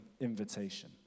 invitation